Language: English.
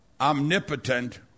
omnipotent